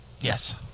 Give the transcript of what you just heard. Yes